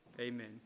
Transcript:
Amen